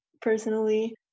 personally